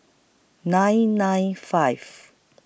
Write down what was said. nine nine five